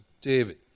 David